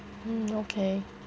mm okay